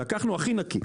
לקחנו הכי נקי,